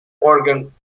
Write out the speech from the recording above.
organ